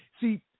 see